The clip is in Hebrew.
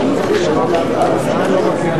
לשנת הכספים 2011, לא נתקבלו.